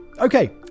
Okay